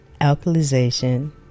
alkalization